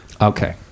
okay